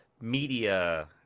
media